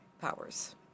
powers